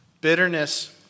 Bitterness